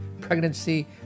pregnancy